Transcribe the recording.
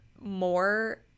more